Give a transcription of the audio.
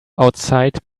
outside